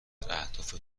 اهداف